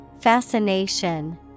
Fascination